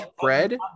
bread